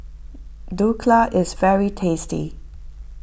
Dhokla is very tasty